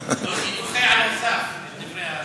דוחה על הסף את דברי השר.